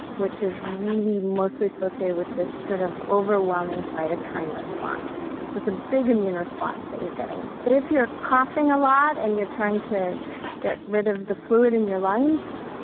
which is really mostly associated with this really, sort of, overwhelming cytokine response. so it's a big immune response that you're getting. if you're coughing a lot and you're trying to get rid of the fluid in your lungs,